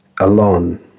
alone